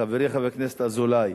חברי חבר הכנסת אזולאי,